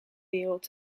wereld